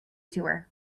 tour